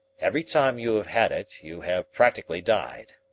every time you have had it you have practically died.